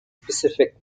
specific